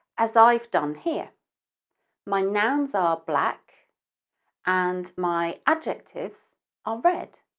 as i've done here my nouns are black and my adjectives are red.